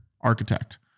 architect